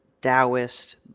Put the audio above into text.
Taoist